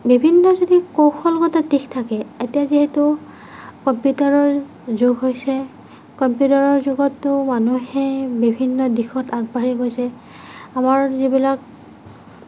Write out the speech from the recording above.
বিভিন্ন যদি কৌশলগত দিশ থাকে এতিয়া যিহেতু কম্পিউটাৰৰ যুগ হৈছে কম্পিউটাৰৰ যুগততো মানুহে বিভিন্ন দিশত আগবাঢ়ি গৈছে আমাৰ যিবিলাক